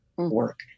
work